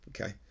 Okay